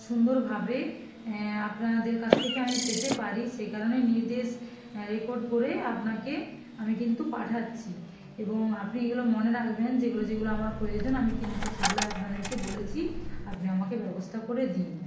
সুন্দরভাবে আপনাদের কাছ থেকে আমি পেতে পারি সেই কারণে নির্দেশ রেকর্ড করে আপনাকে আমি কিন্তু পাঠাচ্ছি এবং আপনি এগুলো মনে রাখবেন যেগুলো যেগুলো আমার প্রয়োজন আমি কিন্তু সেগুলোই আপনাদেরকে বলেছি আপনি আমাকে ব্যবস্থা করে দিন